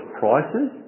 prices